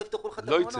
לא יפתחו לך את המעונות.